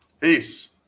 Peace